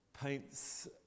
paints